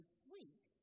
sweet